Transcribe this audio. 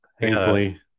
thankfully